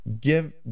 give